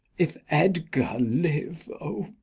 if edgar liv'd,